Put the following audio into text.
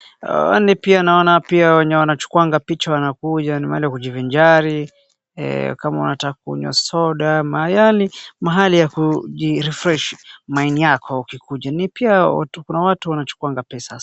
Pia naona pia wenye wanachukuanga picha wanakuja nimeenda kujivinjari, kama unataka kunywa soda, yani mahali ya kuji rifreshi, mind yako ukikuja, ni pia, kuna watu wanachukuanga pesa.